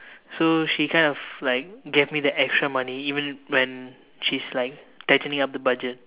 so she kind of like gave me the extra money even when she's like tightening up the budget